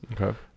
Okay